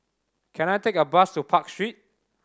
can I take a bus to Park Street